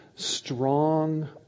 strong